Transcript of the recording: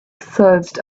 searched